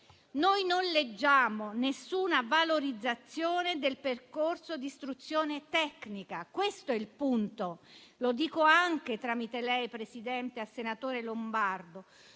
Noi non leggiamo nessuna valorizzazione del percorso d'istruzione tecnica, questo è il punto. Signor Presidente, tramite lei lo dico anche al senatore Lombardo.